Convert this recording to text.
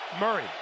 Murray